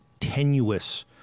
tenuous